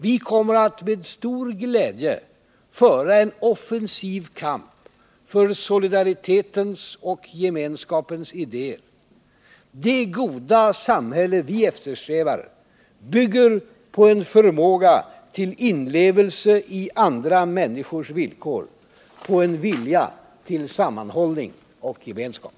Vi kommer att med stor glädje föra en offensiv kamp för solidaritetens och gemenskapens idéer. Det goda samhälle vi eftersträvar bygger på en förmåga till inlevelse i andra människors villkor, på en vilja till sammanhållning och gemenskap.